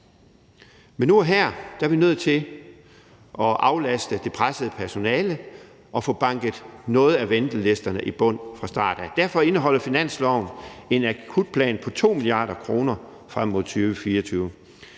Men nu og her er vi nødt til at aflaste det pressede personale og få banket noget af ventelisterne i bund fra start af. Kl. 10:46 Derfor indeholder finansloven en akutplan på 2 mia. kr. frem mod 2024.